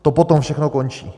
To potom všechno končí.